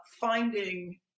finding